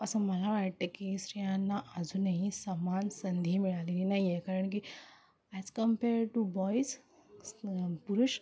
असं मला वाटतं की स्त्रियांना अजूनही समान संधी मिळालेली नाही आहे कारण की ॲज कम्पेअर टू बॉईज पुरुष